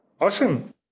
Awesome